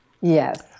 Yes